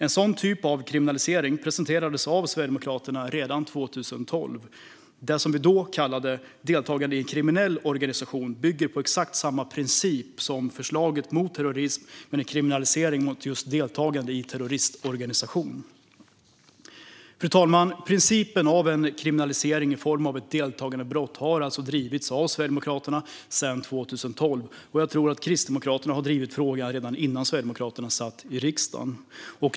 En sådan typ av kriminalisering presenterades av Sverigedemokraterna redan 2012. Det som vi då kallade deltagande i en kriminell organisation bygger på exakt samma princip som förslaget mot terrorism med en kriminalisering av just deltagande i terroristorganisation. Fru talman! Principen om en kriminalisering i form av ett deltagandebrott har alltså drivits av Sverigedemokraterna sedan 2012, och jag tror att Kristdemokraterna drev frågan redan innan Sverigedemokraterna kom in i riksdagen.